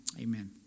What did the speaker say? Amen